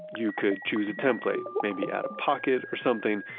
you could choose a template, maybe add a pocket or something.